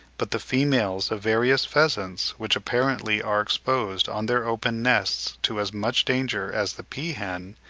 but the females of various pheasants, which apparently are exposed on their open nests to as much danger as the peahen,